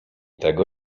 tego